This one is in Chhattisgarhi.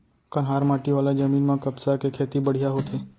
कन्हार माटी वाला जमीन म कपसा के खेती बड़िहा होथे